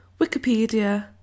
Wikipedia